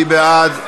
מי בעד?